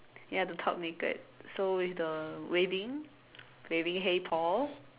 ya the top naked so with the waving waving hey Paul